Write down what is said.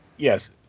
Yes